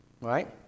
right